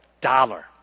dollar